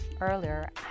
earlier